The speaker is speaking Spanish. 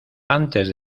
antes